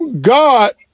God